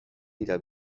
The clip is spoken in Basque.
dira